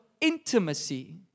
intimacy